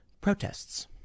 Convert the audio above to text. protests